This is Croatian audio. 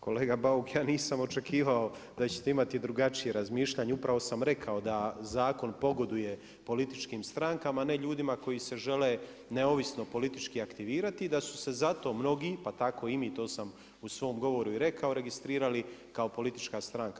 Kolega Bauk, ja nisam očekivao da ćete imati drugačije razmišljanje, upravo sam rekao da zakon pogoduje političkim strankama, ne ljudima koji se žele neovisno politički aktivirati, da su se zato mnogi pa tako i mi, to sam u svom govoru i rekao, registrirali kao politička stranka.